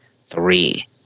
three